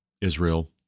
Israel